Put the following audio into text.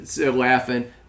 laughing